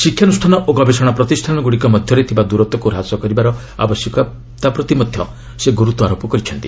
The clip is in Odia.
ଶିକ୍ଷାନୁଷ୍ଠାନ ଓ ଗବେଷଣା ପ୍ରତିଷ୍ଠାନଗୁଡ଼ିକ ମଧ୍ୟରେ ଥିବା ଦୂରତ୍ୱକୁ ହ୍ରାସ କରିବାର ଆବଶ୍ୟକତା ପ୍ରତି ସେ ଗୁରୁତ୍ୱାରୋପ କରିଛନ୍ତି